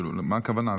הרי מה הכוונה,